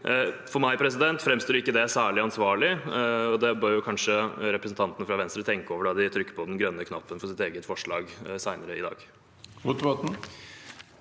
For meg framstår ikke det særlig ansvarlig. Det bør kanskje representantene fra Venstre tenke over når de trykker på den grønne knappen for sitt eget forslag senere i dag.